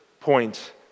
point